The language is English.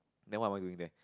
that one what you think